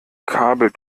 kabel